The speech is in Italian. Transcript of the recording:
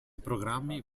programmi